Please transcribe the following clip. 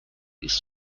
ist